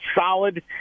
solid